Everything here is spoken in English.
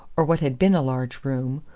or what had been a large room,